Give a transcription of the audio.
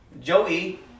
Joey